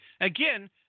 Again